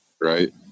Right